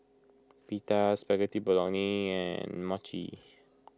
Pita Spaghetti Bolognese and Mochi